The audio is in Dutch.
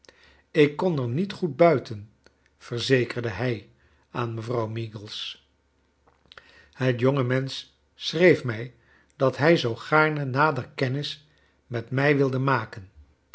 ik kon er niet goed buiten verzekerde hij aan mevrouw meagles het jongemensch schreef mij dat hij zoo gaarne nader kennis met mij wilde maken